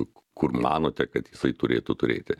kur manote kad jisai turėtų turėti